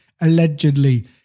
Allegedly